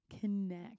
Connect